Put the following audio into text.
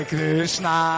Krishna